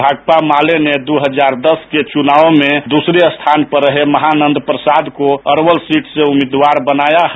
भाकपा माले ने दो हजार दस के चुनाव में दूसरे स्थान पर रहे महानंद सिंह को अरवल सीट से उम्मीदवार बनाया है